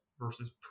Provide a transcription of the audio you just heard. versus